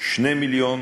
2 מיליון